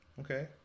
okay